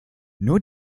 nur